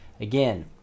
again